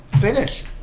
finish